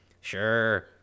Sure